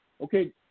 Okay